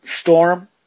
storm